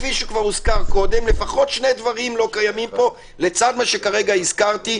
כפי שהוזכר קודם לפחות שני דברים לא קיימים פה לצד מה שכרגע הזכרתי,